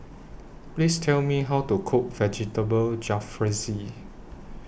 Please Tell Me How to Cook Vegetable Jalfrezi